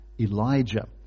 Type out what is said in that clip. Elijah